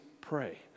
pray